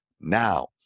Now